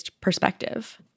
perspective